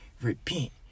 Repent